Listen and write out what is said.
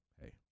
hey